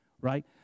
Right